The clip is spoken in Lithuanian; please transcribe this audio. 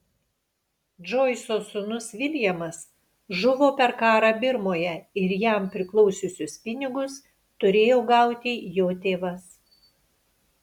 džoiso sūnus viljamas žuvo per karą birmoje ir jam priklausiusius pinigus turėjo gauti jo tėvas